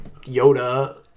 Yoda